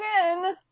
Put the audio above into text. again